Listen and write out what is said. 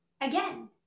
Again